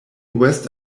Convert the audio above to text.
west